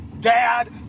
dad